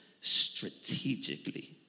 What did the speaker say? strategically